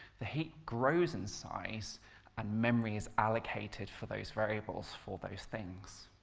the heap grows in size and memory is allocated for those variables, for those things.